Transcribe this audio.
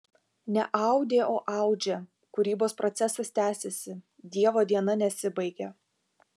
ne audė o audžia kūrybos procesas tęsiasi dievo diena nesibaigė